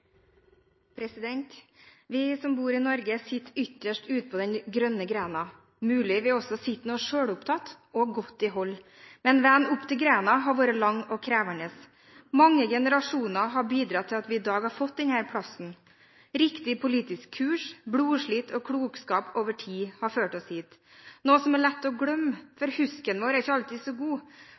eurosonen. Vi som bor i Norge, sitter ytterst ute på den grønne greina, mulig sitter vi også noe selvopptatt og i godt hold. Men veien opp til greina har vært lang og krevende. Mange generasjoner har bidratt til at vi i dag har fått denne plassen. Riktig politisk kurs, blodslit og klokskap over tid har ført oss hit. Dette er noe som er lett å glemme, for husken vår er ikke alltid så god,